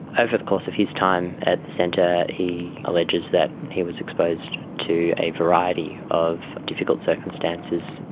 over the course of his time at the centre he alleges that he was exposed to a variety of difficult circumstances,